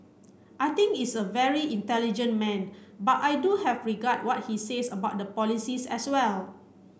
I think is a very intelligent man but I do have regard what he says about the polices as well